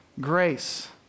grace